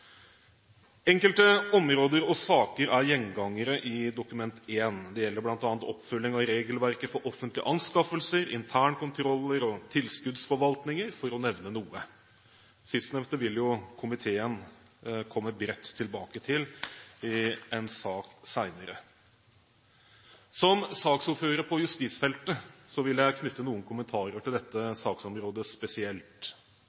Enkelte områder og saker er gjengangere i Dokument 1. Det gjelder bl.a. oppfølging av regelverket for offentlige anskaffelser, internkontroller og tilskuddsforvaltningen, for å nevne noen. Sistnevnte vil komiteen komme bredt tilbake til i en sak senere. Som saksordfører på justisfeltet vil jeg knytte noen kommentarer til